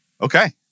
Okay